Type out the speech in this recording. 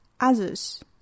others